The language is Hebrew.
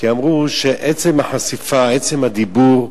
כי אמרו שעצם החשיפה, עצם הדיבור,